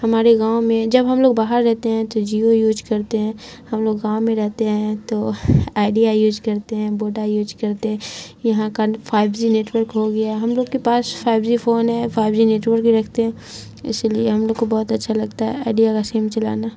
ہمارے گاؤں میں جب ہم لوگ باہر رہتے ہیں تو جیو یوز کرتے ہیں ہم لوگ گاؤں میں رہتے ہیں تو آئیڈیا یوز کرتے ہیں ووڈا یوز کرتے ہیں یہاں کا فائیو جی نیٹورک ہو گیا ہم لوگ کے پاس فائیو جی فون ہے فائیو جی نیٹورک ہی رکھتے ہیں اسی لیے ہم لوگ کو بہت اچھا لگتا ہے آئیڈیا کا سیم چلانا